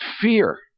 fear